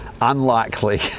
unlikely